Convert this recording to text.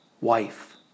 wife